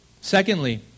Secondly